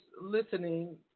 listening